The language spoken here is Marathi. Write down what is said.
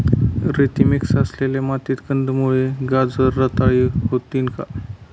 रेती मिक्स असलेल्या मातीत कंदमुळे, गाजर रताळी होतील का?